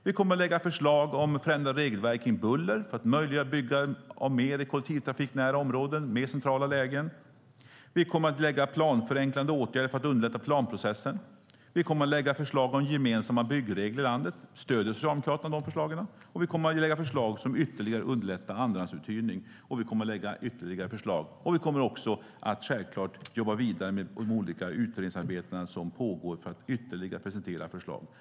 Vi kommer att lägga fram förslag om förändrade regelverk kring buller för att möjliggöra mer byggande i kollektivtrafiknära områden och mer centrala lägen. Vi kommer att vidta planförenklande åtgärder för att underlätta planprocessen. Vi kommer att lägga fram förslag om gemensamma byggregler i landet. Stöder Socialdemokraterna de förslagen? Vi kommer också att lägga fram förslag som ytterligare underlättar andrahandsuthyrning, och vi kommer att lägga fram fler förslag. Vi kommer även självklart att jobba vidare med de olika utredningsarbeten som pågår för att presentera ytterligare förslag.